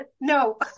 no